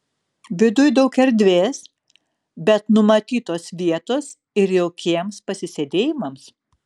viduj daug erdvės bet numatytos vietos ir jaukiems pasisėdėjimams